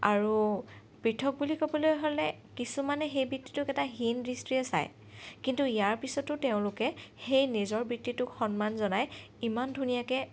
আৰু পৃথক বুলি ক'বলৈ হ'লে কিছুমানে সেই বৃত্তিটোক এটা হীনদৃষ্টিৰে চায় কিন্তু ইয়াৰ পিছতো তেওঁলোকে সেই নিজৰ বৃত্তিটোক সন্মান জনাই ইমান ধুনীয়াকৈ